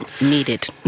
Needed